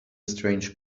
strange